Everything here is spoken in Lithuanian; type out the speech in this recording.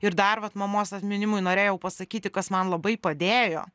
ir dar vat mamos atminimui norėjau pasakyti kas man labai padėjo